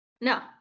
No